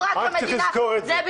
לא, לא אמרת את זה.